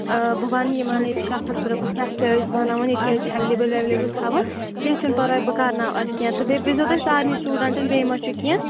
آ بہٕ وَنہٕ یِمَن ییٚتہِ شَفَس بہٕ دَپَس کیٛاہ کیٛاہ ٲسۍزِ بَناوان ییٚتہِ کیٛاہ ٲسۍزِ اٮ۪ولیبٕل وٮ۪ولیبٕل تھاوان کیٚنٛہہ چھُنہٕ پَرواے بہٕ کَرناو اَتھ کیٚنٛہہ تہٕ بیٚیہِ پِرٛزھزیو تُہۍ سارنی سٹوٗڈنٛٹَن بیٚیہِ ما چھُ کیٚنٛہہ